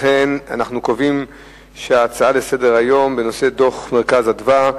לכן אנחנו קובעים שההצעה לסדר-היום בנושא דוח "מרכז אדוה"